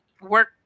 work